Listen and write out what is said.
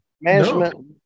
Management